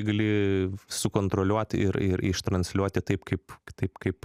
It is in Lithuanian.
gali sukontroliuoti ir ir ištransliuoti taip kaip taip kaip